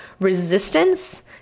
resistance